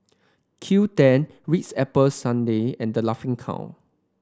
Q ten Ritz Apple Strudel and The Laughing Cow